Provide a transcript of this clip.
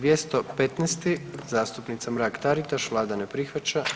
215. zastupnica Mrak Taritaš, vlada ne prihvaća.